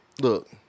look